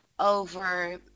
Over